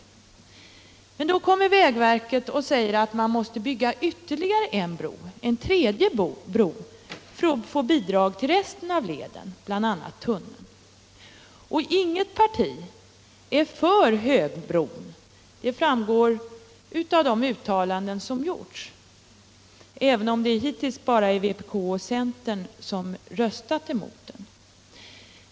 tilldelning Men då kom vägverket och sade att man måste bygga ytterligare en bro, en tredje bro, för att få bidrag till resten av leden, bl.a. tunneln. Inget parti är för högbron — det framgår av de uttalanden som gjorts, även om det hittills bara är vpk och centern som röstat emot den.